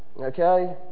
Okay